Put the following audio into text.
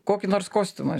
kokį nors kostiumą